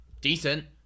decent